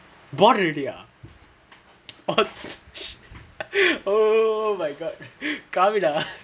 bought already ah oh oh my god காமி:kaami dah